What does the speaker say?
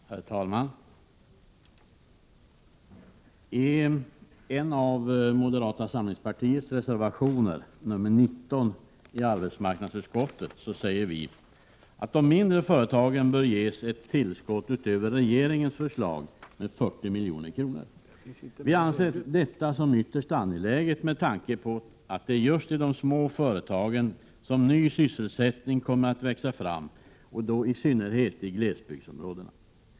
Herr talman! I en av moderata samlingspartiets reservationer, nr 19, till arbetsmarknadsutskottets betänkande säger vi att de mindre företagen bör ges ett tillskott utöver regeringens förslag med 40 milj.kr. Vi anser detta ytterst angeläget med tanke på att det är just i de små företagen som ny sysselsättning kommer att växa fram, i synnerhet i glesbygdsområdena.